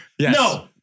No